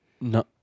no